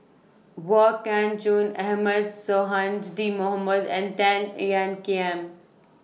Wong Kah Chun Ahmad Sonhadji Mohamad and Tan Ean Kiam